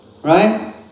right